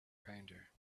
pounder